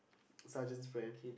sergeant's friend